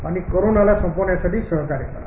आणि कोरोनाला संपवण्यासाठी सहकार्य करा